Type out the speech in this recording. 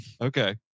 Okay